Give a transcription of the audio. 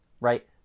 right